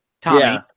Tommy